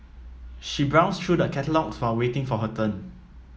she browsed through the catalogues while waiting for her turn